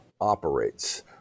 operates